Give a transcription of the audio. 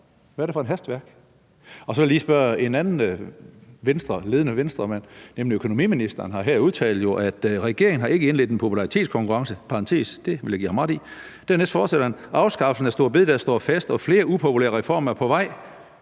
Hvad er det for et hastværk? Så vil jeg lige spørge: En anden ledende Venstremand, nemlig økonomiministeren, har jo udtalt, at regeringen »har ikke indledt en popularitetskonkurrence« – det vil jeg i parentes bemærket give ham ret i – og dernæst fortsætter han med at sige, at afskaffelsen af store bededag står fast, og at flere upopulære reformer er på vej.